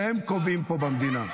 שהם קובעים פה במדינה.